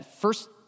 first